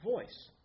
voice